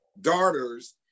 daughters